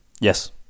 Yes